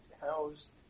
housed